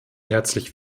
herzlich